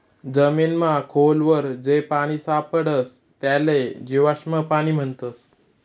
जमीनमा खोल वर जे पानी सापडस त्याले जीवाश्म पाणी म्हणतस